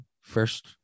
first